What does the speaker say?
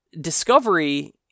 Discovery